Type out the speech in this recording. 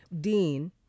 dean